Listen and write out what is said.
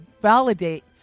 validate